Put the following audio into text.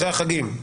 אחרי החגים?